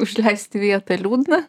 užleisti vietą liūdna